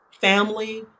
family